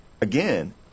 Again